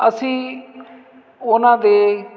ਅਸੀਂ ਉਹਨਾਂ ਦੇ